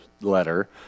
letter